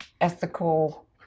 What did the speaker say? ethical